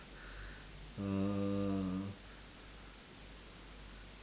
uhh